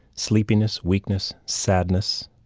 sleepiness, weakness, sadness,